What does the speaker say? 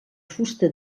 fusta